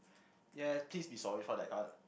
yeah please be sorry for that card